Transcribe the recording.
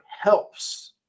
helps